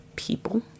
People